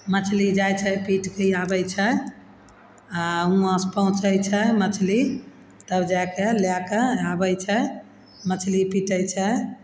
मछली जाय छै पीटके आबय छै आओर हुवाँसँ पहुँचय छै मछली तब जाके लए कऽ आबय छै मछली पीटय छै